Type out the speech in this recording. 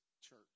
church